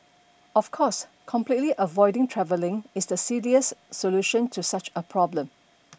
of course completely avoiding travelling is the silliest solution to such a problem